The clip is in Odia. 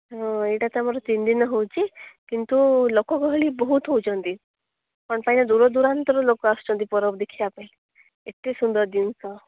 ହଁ ଏଇଟା ତ ଆମର ତିନି ଦିନ ହୋଉଛି କିନ୍ତୁ ଲୋକ ଗହଳି ବହୁତ ହୋଉଛନ୍ତି କ'ଣ ପାଇଁ ନାଁ ଦୂରଦୂରାନ୍ତରୁ ଲୋକ ଆସୁଛନ୍ତି ପର୍ବ ଦେଖିବା ପାଇଁ ଏତେ ସୁନ୍ଦର ଜିନିଷ